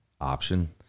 option